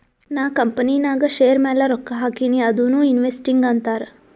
ನಾ ಕಂಪನಿನಾಗ್ ಶೇರ್ ಮ್ಯಾಲ ರೊಕ್ಕಾ ಹಾಕಿನಿ ಅದುನೂ ಇನ್ವೆಸ್ಟಿಂಗ್ ಅಂತಾರ್